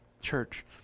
Church